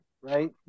right